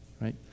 Right